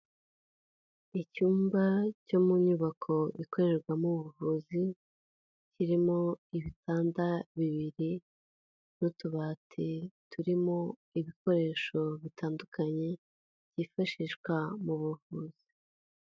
Icyumba cyo mu nyubako ikorerwamo ubuvuzi, kirimo ibitanda bibiri n'utubati turimo ibikoresho bitandukanye byifashishwa mu buvuzi.